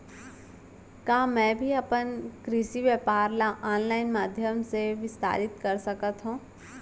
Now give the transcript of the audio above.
का मैं भी अपन कृषि व्यापार ल ऑनलाइन माधयम से विस्तार कर सकत हो?